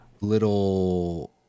little